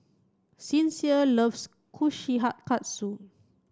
Sincere loves